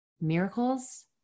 miracles